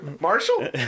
marshall